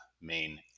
main